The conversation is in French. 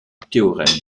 théorème